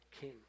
King